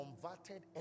converted